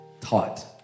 taught